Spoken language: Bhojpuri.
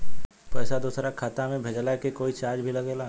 पैसा दोसरा के खाता मे भेजला के कोई चार्ज भी लागेला?